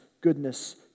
goodness